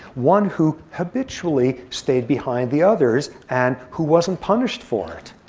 one who habitually stayed behind the others and who wasn't punished for it.